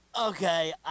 Okay